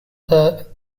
the